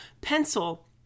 pencil